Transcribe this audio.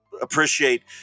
appreciate